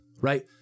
right